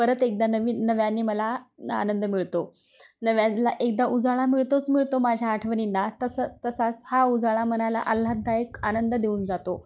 परत एकदा नवीन नव्यानी मला आनंद मिळतो नव्यान ला एकदा उजाळा मिळतोच मिळतो माझ्या आठवनींना तस तसाच हा उजाळा मनाला आल्हाददायक आनंद देऊन जातो